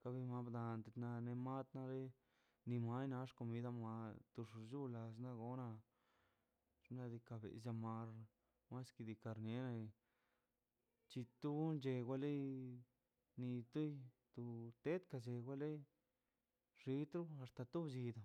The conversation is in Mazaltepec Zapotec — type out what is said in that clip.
kaben ben bda na ne ba mat na ni nwa xcomida toma tix xula xagolan xnaꞌ diikaꞌ biz mal was diika blle nale chitun chegale nittə tu tech gale xitu axta to llid